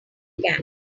can